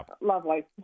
Lovely